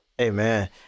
Amen